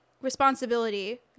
responsibility